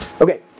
Okay